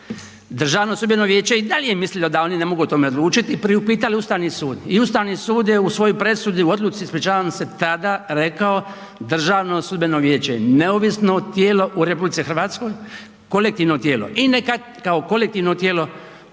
Državno sudbeno vijeće i dalje misli da oni o tome ne mogu o tome odlučiti i priupitali Ustavni sud. I Ustavni sud je u svojoj odluci tada rekao Državno sudbeno vijeće je neovisno tijelo u RH, kolektivno tijelo i neka kao kolektivno tijelo